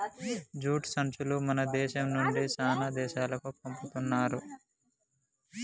jute సంచులు మన దేశం నుండి చానా దేశాలకు పంపుతున్నారు